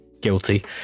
guilty